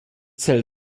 cel